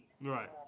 Right